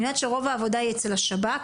אני יודעת שרוב העבודה היא אצל השב"כ,